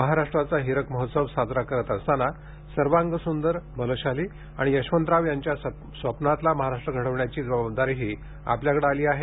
महाराष्ट्राचा हिरक महोत्सव साजरा करत असताना सर्वांगसूदर बलशाली आणि यशवंतराव यांच्या स्वप्नातला महाराष्ट्र घडवण्याची जबाबदारीही आपल्याकडे आली आहे